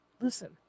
Listen